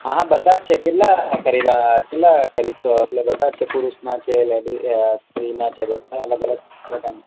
હા હા બધા જ છે કેટલાં ખરીદવા કેટલા ખરીદશો આપણે બધા જ છે પુરુષનાં છે લેડી સ્ત્રીના છે બધા અલગ અલગ પ્રકારના